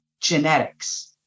genetics